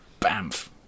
Bamf